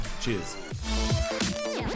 Cheers